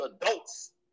adults